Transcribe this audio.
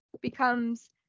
becomes